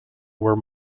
were